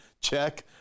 Check